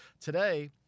Today